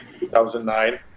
2009